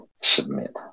submit